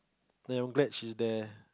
ya I'm glad she's there